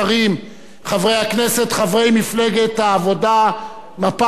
חברי הכנסת, חברי מפלגת העבודה, מפא"י לשעבר,